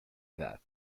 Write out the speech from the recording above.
edad